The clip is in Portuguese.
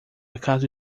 acaso